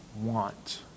want